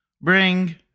bring